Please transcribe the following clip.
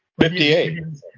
58